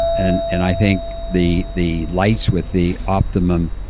and and i think the the lights with the optimum